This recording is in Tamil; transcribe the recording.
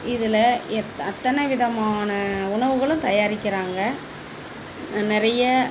இதில் எத் அத்தனை விதமான உணவுகளும் தயாரிக்கிறாங்கள் நிறைய